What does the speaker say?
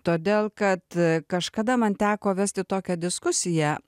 todėl kad kažkada man teko vesti tokią diskusiją